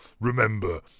remember